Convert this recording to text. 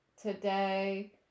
Today